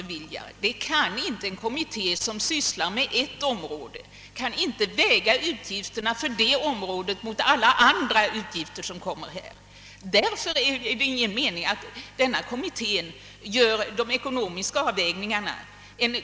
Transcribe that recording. En kommitté som sysslar med frågor på ett område kan inte väga utgifterna för det området mot alla andra utgifter som vi skall besluta om här. Därför är det ingen mening med att en sådan kommitté gör de ekonomiska avvägningarna.